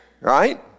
right